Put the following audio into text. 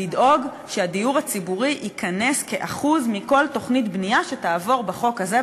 לדאוג שהדיור הציבורי ייכנס כאחוז מכל תוכנית בנייה שתעבור בחוק הזה,